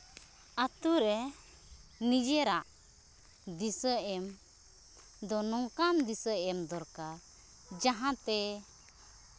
ᱟᱛᱳ ᱨᱮ ᱱᱤᱡᱮᱨᱟᱜ ᱫᱤᱥᱟᱹ ᱮᱢ ᱫᱚ ᱱᱚᱝᱠᱟᱱ ᱫᱤᱥᱟᱹ ᱮᱢ ᱫᱚᱨᱠᱟᱨ ᱡᱟᱦᱟᱸ ᱛᱮ